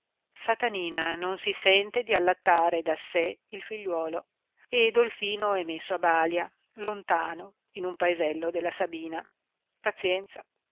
satanina non si sente di allattare da sé il figliuolo e dolfino è messo a balia lontano in un paesello della sabina pazienza